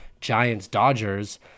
Giants-Dodgers